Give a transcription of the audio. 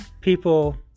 people